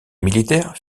militaires